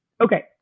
Okay